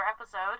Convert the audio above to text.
episode